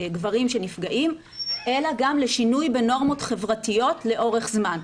גברים שנפגעים אלא גם לשינוי בנורמות חברתיות לאורך זמן,